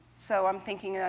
so i'm thinking,